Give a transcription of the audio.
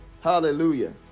Hallelujah